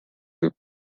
võib